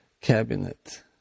cabinet